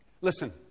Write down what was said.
Listen